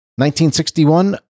1961